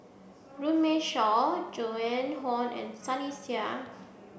Runme Shaw Joan Hon and Sunny Sia